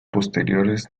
posteriores